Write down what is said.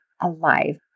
alive